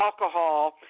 alcohol